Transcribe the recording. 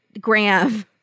Graham